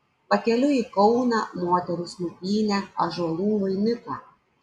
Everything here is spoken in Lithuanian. pakeliui į kauną moterys nupynė ąžuolų vainiką